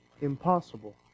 impossible